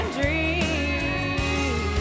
dream